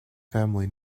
family